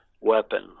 weapon